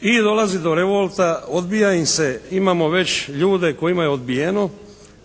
i dolazi do revolta, odbija im se, imamo već ljude kojima je odbijeno